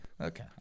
Okay